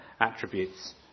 attributes